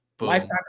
Lifetime